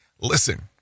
Listen